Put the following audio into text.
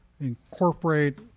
incorporate